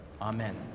Amen